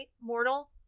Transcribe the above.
Mortal